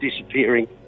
disappearing